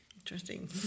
Interesting